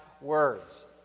words